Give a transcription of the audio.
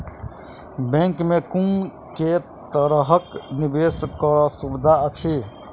Bank मे कुन केँ तरहक निवेश कऽ सुविधा अछि?